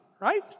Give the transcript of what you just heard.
Right